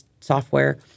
software